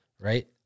right